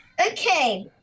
okay